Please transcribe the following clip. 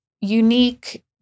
unique